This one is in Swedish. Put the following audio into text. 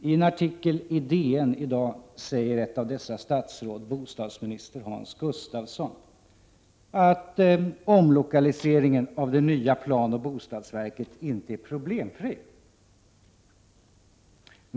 I en artikel i DN i dag säger ett av dessa statsråd, bostadsminister Hans Gustafsson, att omlokaliseringen av det nya planoch bostadsverket inte är problemfri.